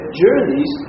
journeys